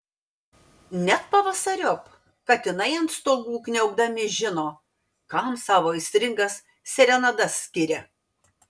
net pavasariop katinai ant stogų kniaukdami žino kam savo aistringas serenadas skiria